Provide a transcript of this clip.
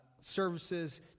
services